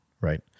right